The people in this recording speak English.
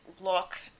look